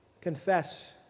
confess